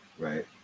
Right